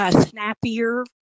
snappier